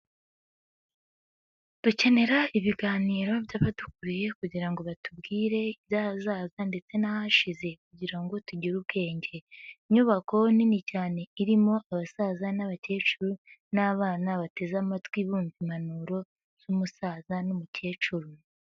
Dukenera ibiganiro by'abadukuriye kugira ngo batubwire iby'ahazaza ndetse n'ahashize kugira ngo tugire ubwenge. Inyubako nini cyane irimo abasaza n'abakecuru n'abana bateze amatwi bumva impanuro z'umusaza n'umukecuru.